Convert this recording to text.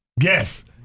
Yes